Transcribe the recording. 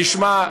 נשמע.